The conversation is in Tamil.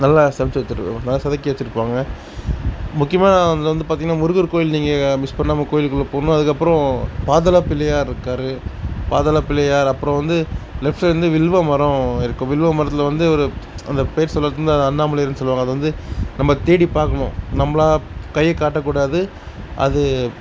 நல்லா நல்லா செதுக்கி வச்சுருப்பாங்க முக்கியமாக அதில் வந்து பார்த்திங்கனா முருகர் கோயில் நீங்கள் மிஸ் பண்ணாமல் கோயிலுக்குள்ளே போகணும் அதுக்கப்புறோம் பாதாளப்பிள்ளையார் இருக்கார் பாதாளப்பிள்ளையார் அப்புறம் வந்து லெஃப்டில் வந்து வில்வ மரம் இருக்குது வில்வ மரத்தில் வந்து ஒரு அந்த பேர் சொல்லுறது வந்து அண்ணாமலையார்ன்னு சொல்லுவாங்க அது வந்து நம்ப தேடி பார்க்குணும் நம்பளா கையை காட்டக்கூடாது அது